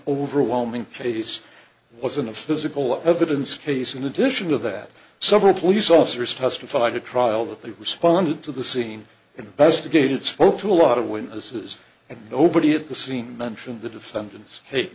overwhelming case wasn't of physical evidence case in addition to that several police officers testified at trial that they responded to the scene investigated spoke to a lot of witnesses and nobody at the scene mentioned the defendants